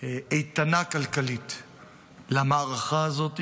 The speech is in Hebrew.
איתנה כלכלית למערכה הזאת,